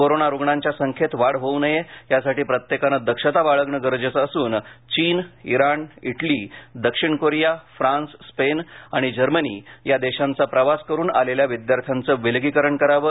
corona रुग्णांच्या संख्येत वाढ होवू नये यासाठी प्रत्येकाने दक्षता बाळगणे गरजेचे असून चीन इराण इटली दक्षीण कोरिया फ्रान्स स्पेन आणि जर्मनी या देशांचा प्रवास करुन आलेल्या विद्यार्थ्यांचे विलगीकरण करावे